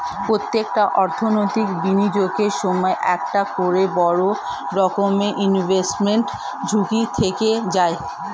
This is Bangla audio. প্রত্যেকটা অর্থনৈতিক বিনিয়োগের সময় একটা করে বড় রকমের ইনভেস্টমেন্ট ঝুঁকি থেকে যায়